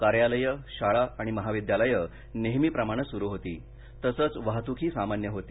कार्यालयं शाळा आणि महाविद्यालयं नेहमीप्रमाणं सुरु होती तसंच वाहतूकही सामान्य होती